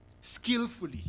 skillfully